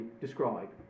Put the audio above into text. described